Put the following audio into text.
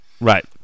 right